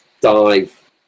dive